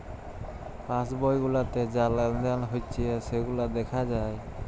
pass বই গুলাতে যা লেলদেল হচ্যে সেগুলা দ্যাখা যায়